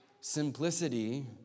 Simplicity